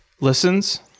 listens